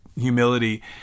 humility